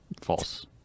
False